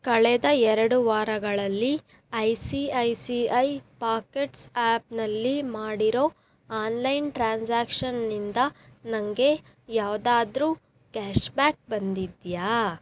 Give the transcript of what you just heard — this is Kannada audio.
ಕಳೆದ ಎರಡು ವಾರಗಳಲ್ಲಿ I C I C I Pockets ಆ್ಯಪ್ನಲ್ಲಿ ಮಾಡಿರೋ ಆನ್ಲೈನ್ ಟ್ರಾನ್ಸಾಕ್ಷನ್ನಿಂದ ನನಗೆ ಯಾವುದಾದ್ರೂ ಕ್ಯಾಷ್ಬ್ಯಾಕ್ ಬಂದಿದೆಯಾ